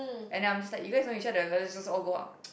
and then I'm just like you guys know each other let's just all go out